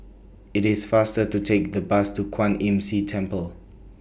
IT IS faster to Take The Bus to Kwan Imm See Temple